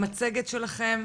המצגת שלכן,